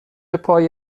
پای